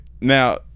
now